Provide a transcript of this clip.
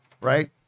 right